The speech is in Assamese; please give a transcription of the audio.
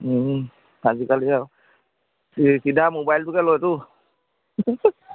আজিকালি আৰু মোবাইলটোকে লয়তো